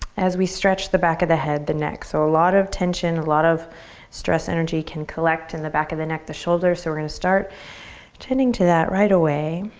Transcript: as we stretch the back of the head, the neck. so a lot of tension, a lot of stress energy can collect in the back of the neck, the shoulders so we're gonna start tending to that right away.